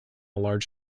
large